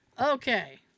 Okay